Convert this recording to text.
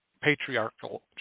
patriarchal